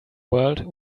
world